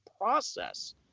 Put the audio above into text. process